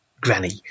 granny